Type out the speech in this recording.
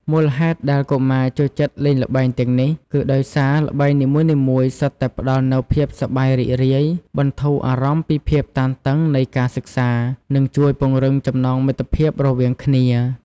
មូលហេតុដែលកុមារចូលចិត្តលេងល្បែងទាំងនេះ គឺដោយសារល្បែងនីមួយៗសុទ្ធតែផ្ដល់នូវភាពសប្បាយរីករាយ បន្ធូរអារម្មណ៍ពីភាពតានតឹងនៃការសិក្សា និងជួយពង្រឹងចំណងមិត្តភាពរវាងគ្នា។